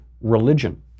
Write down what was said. religion